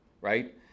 right